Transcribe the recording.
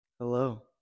Hello